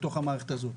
בתוך המערכת הזאת.